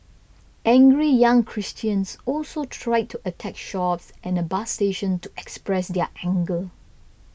angry young Christians also tried to attack shops and a bus station to express their anger